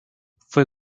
fue